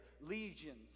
Legions